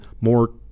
more